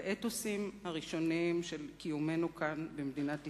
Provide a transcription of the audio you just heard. באתוסים הראשוניים של קיומנו כאן במדינת ישראל,